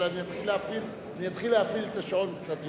אלא אני אתחיל להפעיל את השעון קצת יותר,